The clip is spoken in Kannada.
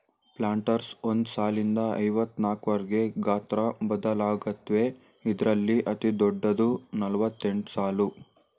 ಪ್ಲಾಂಟರ್ಸ್ ಒಂದ್ ಸಾಲ್ನಿಂದ ಐವತ್ನಾಕ್ವರ್ಗೆ ಗಾತ್ರ ಬದಲಾಗತ್ವೆ ಇದ್ರಲ್ಲಿ ಅತಿದೊಡ್ಡದು ನಲವತ್ತೆಂಟ್ಸಾಲು